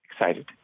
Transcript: excited